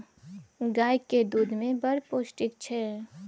गाएक दुध मे बड़ पौष्टिक छै